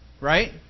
Right